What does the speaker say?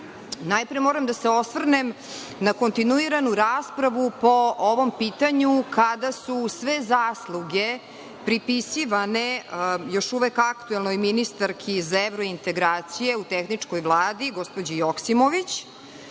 Najpre moram da se osvrnem na kontinuiranu raspravu po ovom pitanju kada su sve zasluge pripisivane još uvek aktuelnoj ministarki za evrointegracije u tehničkoj vladi, gospođi Joksimović,